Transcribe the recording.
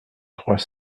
trois